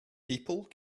people